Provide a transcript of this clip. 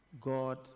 God